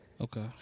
Okay